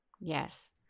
yes